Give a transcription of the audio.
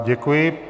Děkuji.